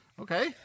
Okay